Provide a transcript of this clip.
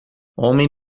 homem